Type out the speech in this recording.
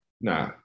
Nah